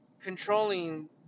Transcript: Controlling